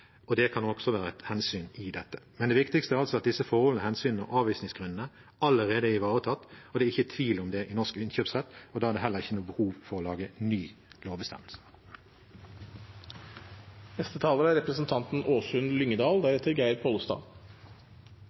Det kan også være et hensyn i dette. Men det viktigste er at disse forholdene, hensynene og avvisningsgrunnene allerede er ivaretatt, og det er ikke tvil om det i norsk innkjøpsrett, og da er det heller ikke noe behov for å lage en ny lovbestemmelse. Lovreguleringen av et marked på 600 mrd. kr, og det bare i Norge, er